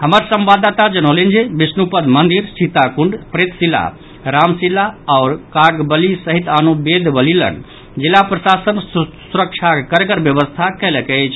हमर संवाददाता जनौलनि जे विष्णुपद मंदिर सीताकुंड प्रेतशिला रामशिला आओर कागबली सहित आनो वेदि लऽग जिला प्रशासन सुरक्षाक कड़गड़ व्यवस्था कयलक अछि